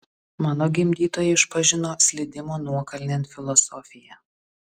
mano gimdytojai išpažino slydimo nuokalnėn filosofiją